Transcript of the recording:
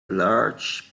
large